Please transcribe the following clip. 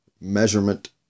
measurement